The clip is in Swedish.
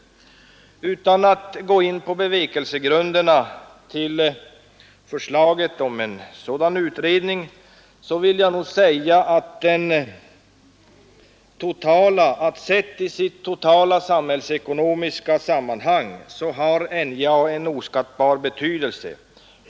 Utan att gå in på bevekelsegrunderna till förslaget om en sådan utredning vill jag säga, att sett i sitt totala samhällsekonomiska sammanhang har NJA en oskattbar betydelse.